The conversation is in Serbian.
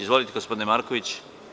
Izvolite, gospodine Marković.